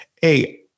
hey